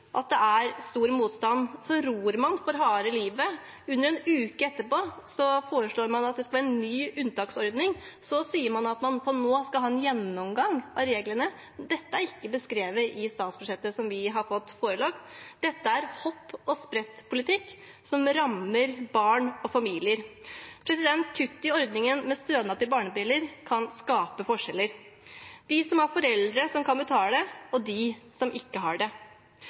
at det er motstand mot det, og så ror man for harde livet. Under en uke etterpå foreslår man at det skal være en ny unntaksordning. Så sier man at man nå skal ha en gjennomgang av reglene. Dette er ikke beskrevet i statsbudsjettet som vi har fått oss forelagt. Dette er hopp-og-sprett-politikk som rammer barn og familier. Kutt i ordningen med stønad til barnebriller kan skape forskjeller: de som har foreldre som kan betale, og de som ikke har det.